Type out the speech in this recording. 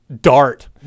dart